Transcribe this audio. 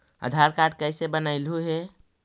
आधार card कईसे बनैलहु हे?